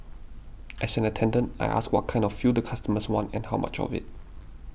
as an attendant I ask what kind of fuel the customers want and how much of it